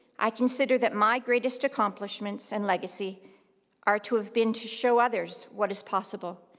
i consider that my greatest accomplishments and legacy are to have been to show others what is possible.